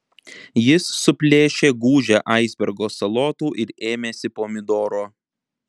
jis suplėšė gūžę aisbergo salotų ir ėmėsi pomidoro